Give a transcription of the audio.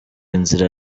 inzira